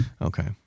Okay